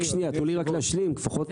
שנייה, תנו לי רק להשלים לפחות.